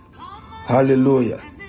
hallelujah